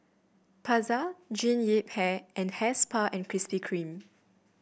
Pasar Jean Yip Hair and Hair Spa and Krispy Kreme